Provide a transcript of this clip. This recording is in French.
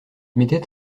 mettait